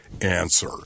answer